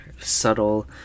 subtle